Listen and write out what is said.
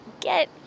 get